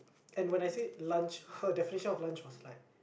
and when I say lunch her definition of lunch was like